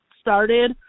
started